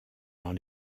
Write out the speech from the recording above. dans